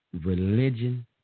religion